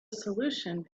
solution